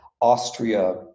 Austria